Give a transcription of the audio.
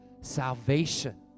salvation